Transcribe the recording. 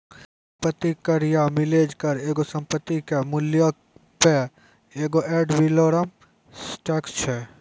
सम्पति कर या मिलेज कर एगो संपत्ति के मूल्यो पे एगो एड वैलोरम टैक्स छै